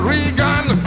Regan